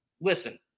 Listen